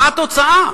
מה התוצאה?